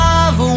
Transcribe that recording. Love